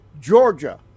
Georgia